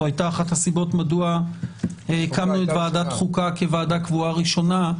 זו הייתה אחת הסיבות מדוע הקמנו את ועדת חוקה כוועדה קבועה ראשונה.